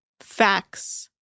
Facts